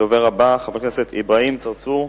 הדובר הבא, חבר הכנסת אברהים צרצור,